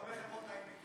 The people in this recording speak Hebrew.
יש גם הרבה חברות הייטק,